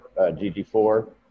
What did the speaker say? GG4